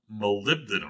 molybdenum